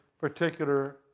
particular